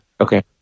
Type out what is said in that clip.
Okay